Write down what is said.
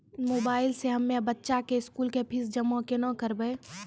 Mobile से हम्मय बच्चा के स्कूल फीस जमा केना करबै?